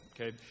okay